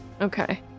Okay